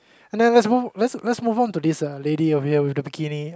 then let's move let's let's move on to this uh lady over here with the bikini